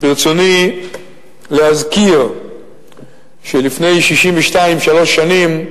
ברצוני להזכיר שלפני 62 63 שנים